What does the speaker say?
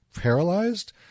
paralyzed